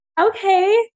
Okay